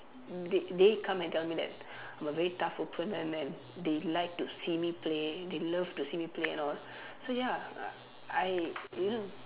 they they come and tell me that I'm a very tough opponent and they like to see me play they love to see me play and all so ya uh I you know